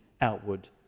outward